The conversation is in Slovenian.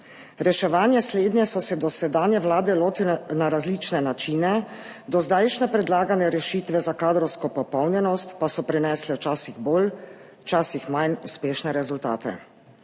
Reševanje slednje so se dosedanje vlade lotile na različne načine, dozdajšnje predlagane rešitve za kadrovsko popolnjenost pa so prinesle včasih bolj včasih manj uspešne rezultate.